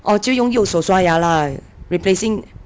orh 就用右手刷牙 lah replacing